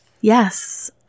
Yes